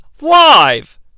Live